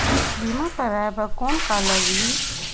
बीमा कराय बर कौन का लगही?